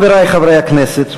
חברי חברי הכנסת,